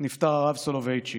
נפטר הרב סולובייצ'יק.